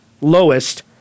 lowest